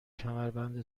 کمربند